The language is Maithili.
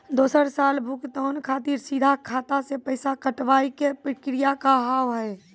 दोसर साल भुगतान खातिर सीधा खाता से पैसा कटवाए के प्रक्रिया का हाव हई?